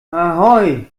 ahoi